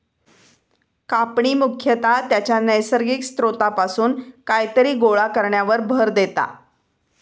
कापणी मुख्यतः त्याच्या नैसर्गिक स्त्रोतापासून कायतरी गोळा करण्यावर भर देता